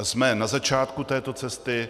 Jsme na začátku této cesty.